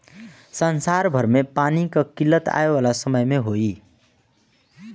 संसार भर में पानी कअ किल्लत आवे वाला समय में होई